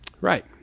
Right